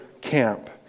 camp